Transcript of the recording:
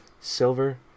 Silver